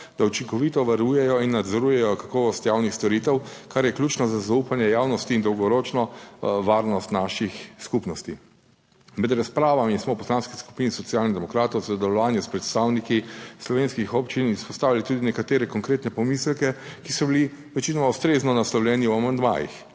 da učinkovito varujejo in nadzorujejo kakovost javnih storitev, kar je ključno za zaupanje javnosti in dolgoročno varnost naših skupnosti. Med razpravami smo v Poslanski skupini Socialnih demokratov v sodelovanju s predstavniki slovenskih občin izpostavili tudi nekatere konkretne pomisleke, ki so bili večinoma ustrezno naslovljeni v amandmajih.